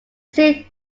sea